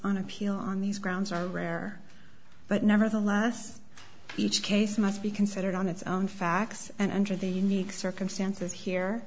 on appeal on these grounds are rare but nevertheless each case must be considered on its own facts and under the unique circumstances here